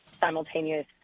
simultaneous